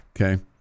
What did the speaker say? Okay